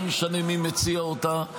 לא משנה מי מציע אותה.